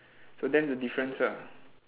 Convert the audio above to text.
so that's the difference ah